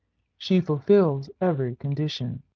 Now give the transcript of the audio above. she fulfils every condition.